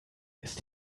ist